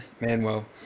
Manuel